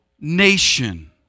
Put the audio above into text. nation